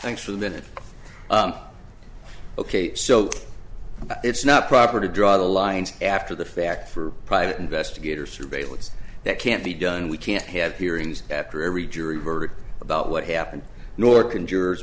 thanks for the minute ok so it's not proper to draw the lines after the fact for private investigator surveillance that can't be done we can't have hearings after every jury heard about what happened nor can jurors